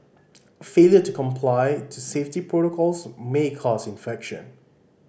failure to comply to safety protocols may cause infection